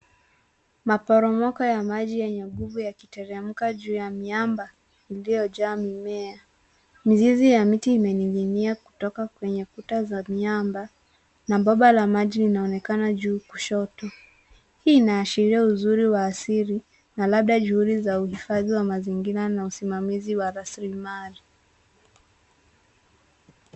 Maporomoko ya maji yenye nguvu yakiteremka juu ya miamba iliyojaa mimea. Mizizi ya miti imeninginia kutoka kwenye kuta za miamba na bomba la maji linaonekana juu kushoto. Hii inaashiria uzuri wa asili na labda juhudi za uhifadhi wa mazingira na usimamizi wa rasilimali.